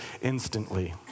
instantly